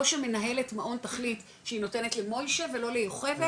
לא שמנהלת מעון תחליט שהיא נותנת למוישה ולא ליוכבד